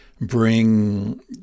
bring